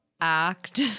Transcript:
act